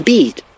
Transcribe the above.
Beat